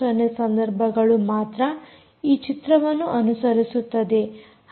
0 ಸಂದರ್ಭಗಳು ಮಾತ್ರ ಈ ಚಿತ್ರವನ್ನು ಅನುಸರಿಸುತ್ತದೆ